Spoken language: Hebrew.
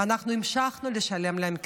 ואנחנו המשכנו לשלם להם קצבאות.